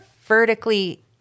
vertically